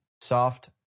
soft